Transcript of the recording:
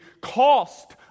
cost